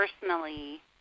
personally